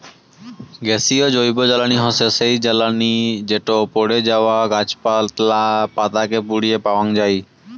গ্যাসীয় জৈবজ্বালানী হসে সেই জ্বালানি যেটো পড়ে যাওয়া গাছপালা, পাতা কে পুড়িয়ে পাওয়াঙ যাই